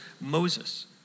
Moses